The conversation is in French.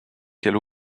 quelle